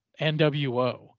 NWO